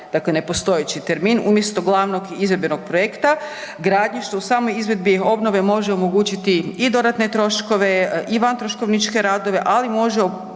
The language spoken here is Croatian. dakle nepostojeći termin umjesto glavnom izvedbenog projekta, gradnji što u samo izvedbi obnove može omogućiti i dodatne troškove i vantroškovničke radove ali može omogućiti